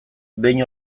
behin